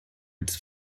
its